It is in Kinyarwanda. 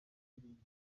indirimbo